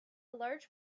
large